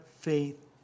faith